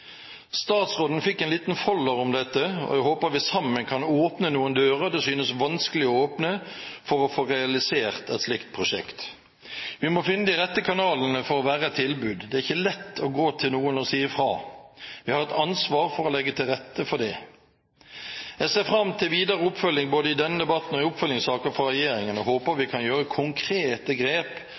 Statsråden fikk en liten folder om dette, og jeg håper vi sammen kan åpne noen dører det synes vanskelig å åpne for å få realisert et slikt prosjekt. Vi må finne de rette kanalene for å være et tilbud. Det er ikke lett å gå til noen og si fra. Vi har et ansvar for å legge til rette for det. Jeg ser frem til videre oppfølging både i denne debatten og i oppfølgingssaker fra regjeringen, og håper vi kan ta konkrete grep